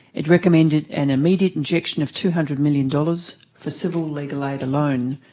it recommended an immediate injection of two hundred million dollars for civil legal aid alone,